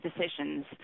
decisions